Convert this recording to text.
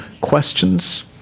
questions